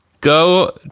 go